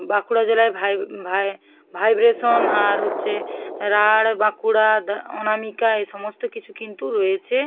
বাঁকুড়া জেলায় ভাই ভাই ভাইব্রেশন আর হচ্ছে রাঢ় বাঁকুড়া অনামিকা এই সমস্ত কিছু কিন্তু রয়েছে